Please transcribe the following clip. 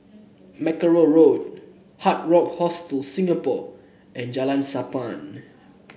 Mackerrow Road Hard Rock Hostel Singapore and Jalan Sappan